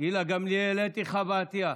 גילה גמליאל, אתי חוה עטייה.